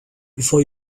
before